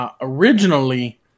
originally